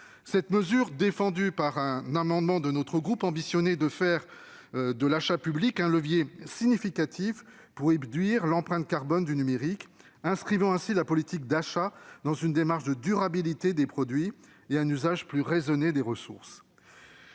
Cette mesure défendue par un amendement de notre groupe ambitionnait de faire de l'achat public un levier significatif pour réduire l'empreinte carbone du numérique, en inscrivant ainsi la politique d'achat dans une démarche de durabilité des produits et un usage plus raisonné des ressources.